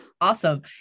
Awesome